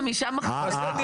25 מפעלים?